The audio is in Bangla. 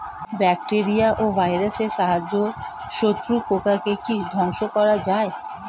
ব্যাকটেরিয়া ও ভাইরাসের সাহায্যে শত্রু পোকাকে কি ধ্বংস করা যায়?